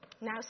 Now